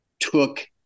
took